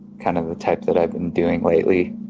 kind of the type that i've been doing lately.